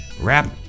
rap